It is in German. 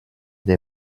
der